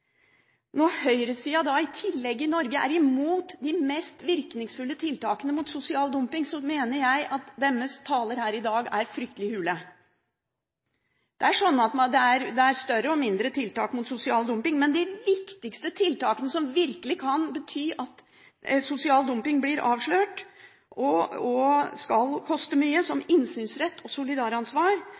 Når høyresiden i Norge i tillegg er imot de mest virkningsfulle tiltakene mot sosial dumping, mener jeg at deres taler her i dag blir fryktelig hule. Det er større og mindre tiltak mot sosial dumping, men de viktigste tiltakene, som virkelig kan bety at sosial dumping blir avslørt og skal koste mye – som innsynsrett og solidaransvar,